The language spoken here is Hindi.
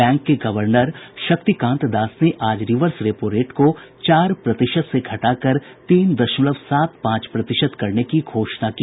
बैंक के गवर्नर शक्तिकांत दास ने आज रिवर्स रेपोरेट को चार प्रतिशत से घटाकर तीन दशमलव सात पांच प्रतिशत करने की घोषणा की